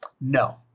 No